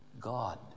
God